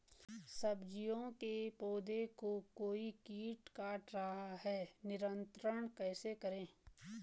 सब्जियों के पौधें को कोई कीट काट रहा है नियंत्रण कैसे करें?